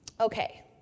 Okay